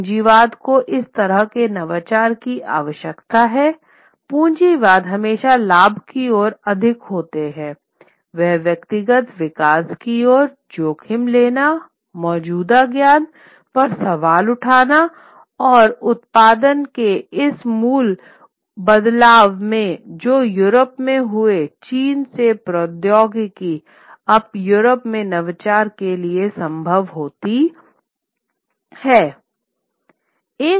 पूंजीवाद को इस तरह के नवाचार की आवश्यकता हैपूँजीवाद हमेशा लाभ की ओर अधिक होता हैं एक व्यक्तिगत विकास की ओर जोखिम लेना मौजूदा ज्ञान पर सवाल उठाना और उत्पादन के इस मूल बदलाव में जो यूरोप में हुए चीन से प्रौद्योगिकी अब यूरोप में नवाचार के लिए संभव होती है